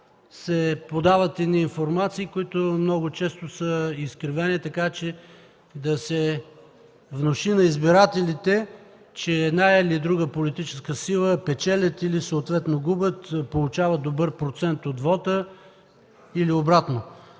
се подават едни информации, които много често са изкривени, така че да се внуши на избирателите, че една или друга политическа сила печели или съответно губи, получава добър процент от вота или обратното.